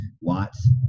Watts